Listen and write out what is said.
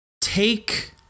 take